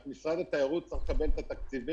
רק משרד התיירות צריך לקבל את התקציבים.